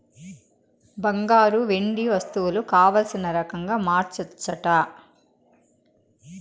బంగారు, వెండి వస్తువులు కావల్సిన రకంగా మార్చచ్చట